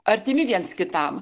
artimi viens kitam